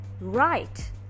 right